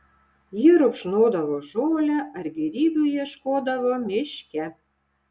jie rupšnodavo žolę ar gėrybių ieškodavo miške